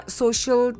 social